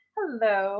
Hello